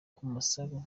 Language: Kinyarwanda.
masura